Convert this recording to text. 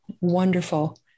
wonderful